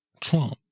Trump